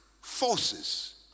forces